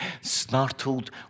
startled